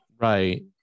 right